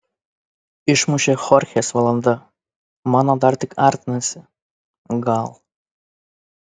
išmušė chorchės valanda mano dar tik artinasi gal